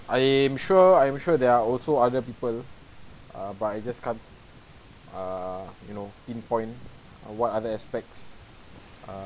I am sure I'm sure there are also other people uh but I just can't err you know pinpoint on what other aspects err